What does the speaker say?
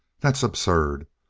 that's absurd.